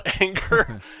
anger